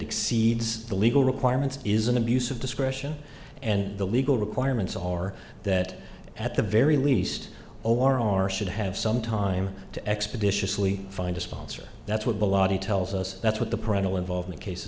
exceeds the legal requirements is an abuse of discretion and the legal requirements are that at the very least o r are should have some time to expeditiously find a sponsor that's what the law tells us that's what the parental involvement cases